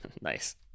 Nice